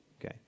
Okay